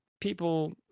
People